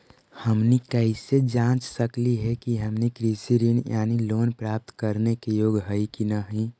हमनी कैसे जांच सकली हे कि हमनी कृषि ऋण यानी लोन प्राप्त करने के योग्य हई कि नहीं?